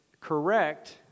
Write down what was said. correct